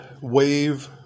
wave